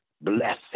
blessing